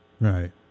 Right